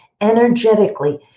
energetically